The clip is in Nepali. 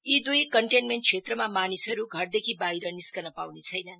यी दुई कन्टेनमेन्ट क्षेत्रमा मानिसहरू घरदेखि बाहिर निस्कन पाउने छैनन